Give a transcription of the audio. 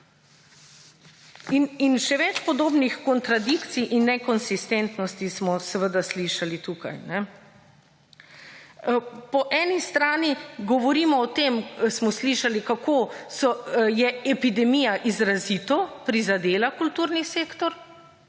In še več podobnih kontradikcij in nekonsistentnosti smo seveda slišali tukaj. Po eni strani govorimo o tem, smo slišali, kako je epidemija izrazito prizadela kulturni sektor,